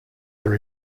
are